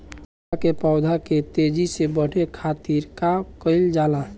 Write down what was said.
लउका के पौधा के तेजी से बढ़े खातीर का कइल जाला?